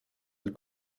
elle